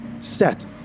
set